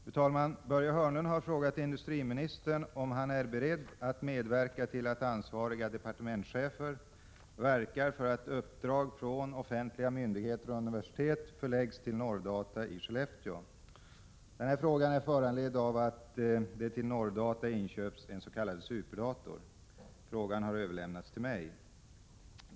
Fru talman! Börje Hörnlund har frågat industriministern om han är beredd att medverka till att ansvariga departementschefer verkar för att uppdrag från offentliga myndigheter och universitet förläggs till Norrdata i Skellefteå. Frågan är föranledd av att det till Norrdata inköpts en s.k. superdator. Frågan har överlämnats till mig.